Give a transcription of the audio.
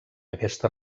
aquesta